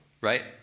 right